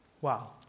Wow